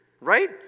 right